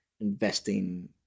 investing